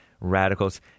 radicals